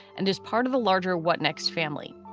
and is part of a larger what next family.